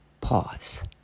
pause